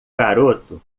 garoto